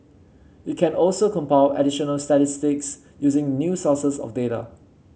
it can also compile additional statistics using new sources of data